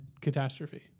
Catastrophe